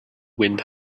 wind